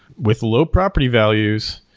with low property values?